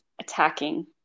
attacking